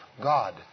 God